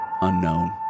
unknown